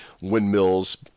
windmills